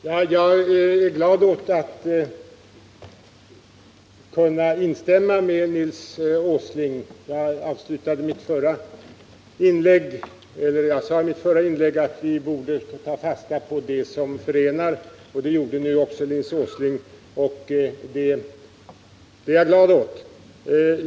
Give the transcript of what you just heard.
Herr talman! Jag är glad över att kunna instämma med Nils Åsling. Jag sade i mitt förra inlägg att vi borde ta fasta på det som förenar. Det gjorde Nils Åsling, och det är jag glad över.